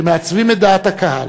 שמעצבים את דעת הקהל,